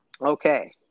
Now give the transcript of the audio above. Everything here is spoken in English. Okay